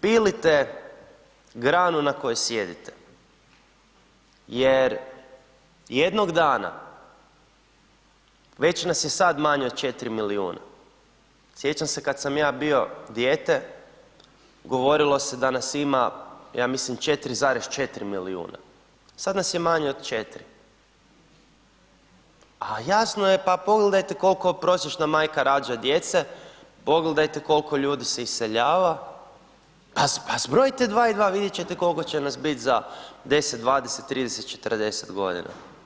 pilite granu na kojoj sjedite, jer jednog dana već nas je sad manje od 4 miliuna, sjećam se kad sam ja bio dijete govorilo se da nas ima ja mislim 4,4 milijuna, sad nas je manje od 4, a jasno je pa pogledajte kolko prosječna majka rađa djece, pogledajte kolko ljudi se iseljava, pa zbrojite dva i dva vidjet ćete kolko će nas bit za 10, 20, 30, 40 godina.